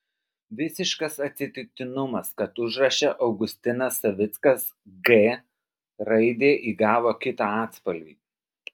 visiškas atsitiktinumas kad užraše augustinas savickas g raidė įgavo kitą atspalvį